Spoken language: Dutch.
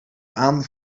aan